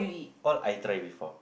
all I try before